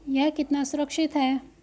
यह कितना सुरक्षित है?